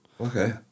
Okay